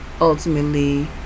ultimately